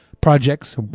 Projects